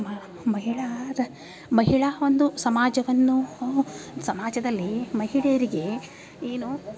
ಮ ಮಹಿಳೆಯರ್ ಮಹಿಳ ಒಂದು ಸಮಾಜವನ್ನೂ ಸಮಾಜದಲ್ಲೀ ಮಹಿಳೆಯರಿಗೆ ಏನು